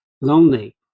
lonely